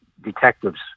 detectives